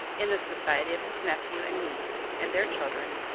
in the society of his nephew and niece, and their children,